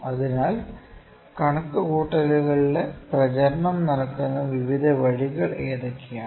അതിനാൽ കണക്കുകൂട്ടലുകളുടെ പ്രചരണം നടക്കുന്ന വിവിധ വഴികൾ എന്തൊക്കെയാണ്